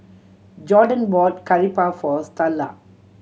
Gordon brought Curry Puff for Starla